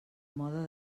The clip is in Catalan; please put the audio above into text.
mode